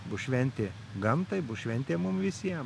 bus šventė gamtai bus šventė mum visiem